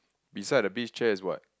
beside the beach chair is what